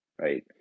Right